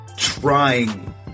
trying